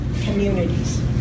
communities